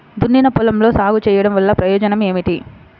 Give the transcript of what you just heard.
దున్నిన పొలంలో సాగు చేయడం వల్ల ప్రయోజనం ఏమిటి?